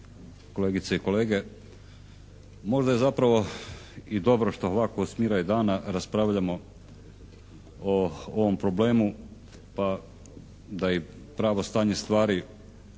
kolegice i kolege. Možda je zapravo i dobro što ovako u smiraj dana raspravljamo o ovom problemu, pa da i pravo stanje stvari i ne